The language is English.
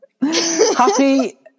Happy